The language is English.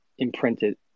imprinted